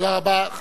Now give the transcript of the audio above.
תודה רבה.